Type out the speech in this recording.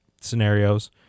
scenarios